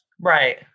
Right